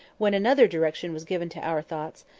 when another direction was given to our thoughts,